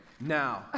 Now